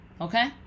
Okay